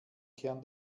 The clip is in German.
kern